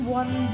one